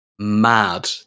Mad